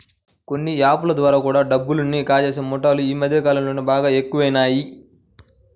కొన్ని యాప్ ల ద్వారా కూడా డబ్బుని కాజేసే ముఠాలు యీ మద్దె కాలంలో బాగా ఎక్కువయినియ్